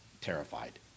terrified